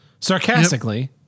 Sarcastically